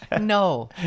no